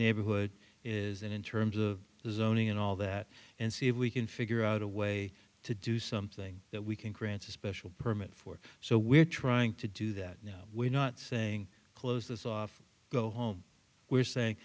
neighborhood is and in terms of zoning and all that and see if we can figure out a way to do something that we can grant a special permit for so we're trying to do that we're not saying close this off go home we're saying